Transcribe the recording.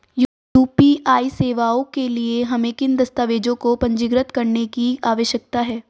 UPI सेवाओं के लिए हमें किन दस्तावेज़ों को पंजीकृत करने की आवश्यकता है?